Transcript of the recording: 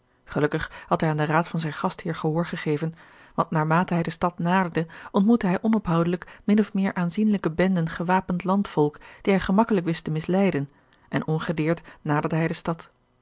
gelukkig had hij aan den raad van zijn gastheer gehoor gegeven want naarmate hij de stad naderde ontmoette hij onophoudelijk min of meer aanzienlijke benden gewapend landvolk die hij gemakkelijk wist te misleiden en ongedeerd naderde hij de stad